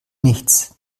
nichts